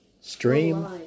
Stream